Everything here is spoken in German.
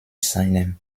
seinem